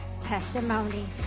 testimony